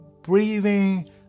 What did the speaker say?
breathing